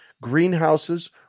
greenhouses